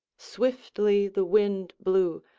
swiftly the wind blew,